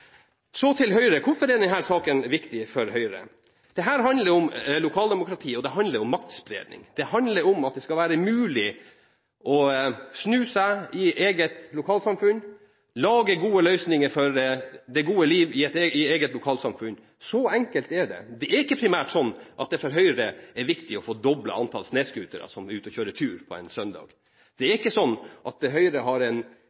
handler om maktspredning. Det handler om at det skal være mulig å snu seg i eget lokalsamfunn, lage gode løsninger for det gode liv i eget lokalsamfunn. Så enkelt er det. Det er ikke primært sånn at det for Høyre er viktig å få doblet antall snøscootere som er ute og kjører tur på en søndag. Det er ikke sånn at Høyre har en